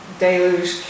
deluge